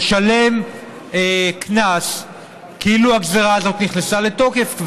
משלם קנס כאילו הגזרה הזאת כבר נכנסה לתוקף.